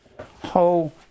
ho